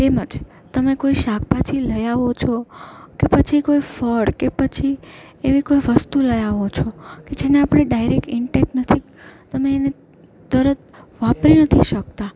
તેમજ તમે કોઈ શાકભાજી લઈ આવો છો કે પછી કોઈ ફળ કે પછી એવી કોઈ વસ્તુ લઈ આવો છો કે જેને આપણે ડાયરેક ઇન્ટેક નથી તમે એને તરત વાપરી નથી શકતા